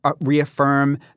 reaffirm